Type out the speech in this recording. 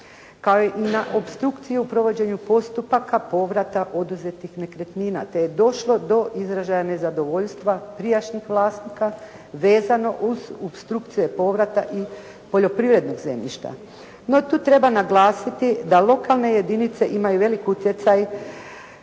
kao i na opstrukciju postupaka povrata oduzetih nekretnina te je došlo do izražaja nezadovoljstva prijašnjih vlasnika vezano uz opstrukcije povrata i poljoprivrednog zemljišta. No tu treba naglasiti da lokalne jedinice imaju veliki utjecaj